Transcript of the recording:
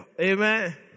Amen